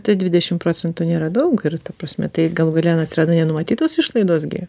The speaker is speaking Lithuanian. tie dvidešimt procentų nėra daug ir ta prasme tai galų gale na atsiranda nenumatytos išlaidos gi